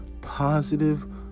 positive